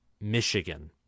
Michigan